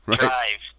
drive